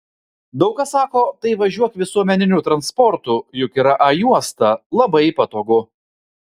daug kas sako tai važiuok visuomeniniu transportu juk yra a juosta labai patogu